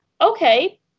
okay